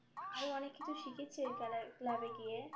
আমি অনেক কিছু শিখেছি এই ক্লাবে গিয়ে